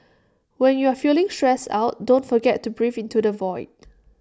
when you are feeling stressed out don't forget to breathe into the void